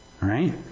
right